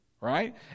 Right